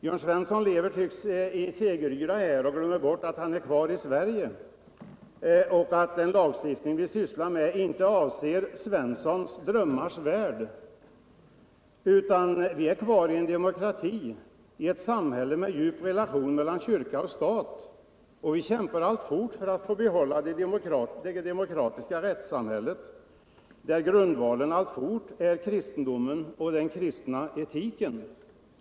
Jörn Svensson lever, tycks det, i segeryra och glömmer bort att han är kvar i Sverige och att den lagstiftning vi behandlar inte avser Jörn Svenssons drömmars värld. Vi är kvar i en demokrati, i ett samhälle med djup relation mellan kyrka och stat, och vi kämpar alltfort för att få behålla det demokratiska rättssamhället, där grundvalen är kristendomen och den kristna etiken.